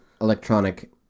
electronic